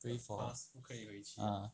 pray for us ah